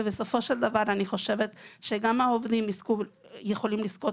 ובסופו של דבר אני חושבת שגם העובדים יכולים לזכות